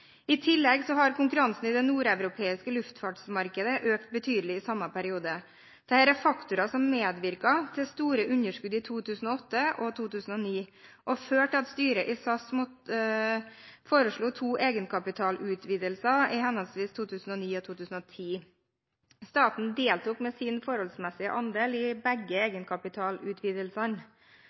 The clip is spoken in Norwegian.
I tillegg har konkurransen i det nordeuropeiske luftfartsmarkedet økt betydelig i samme periode. Dette er faktorer som medvirket til store underskudd i 2008 og 2009, og førte til at styret i SAS måtte foreslå to egenkapitalutvidelser i henholdsvis 2009 og 2010. Staten deltok med sin forholdsmessige andel i begge egenkapitalutvidelsene.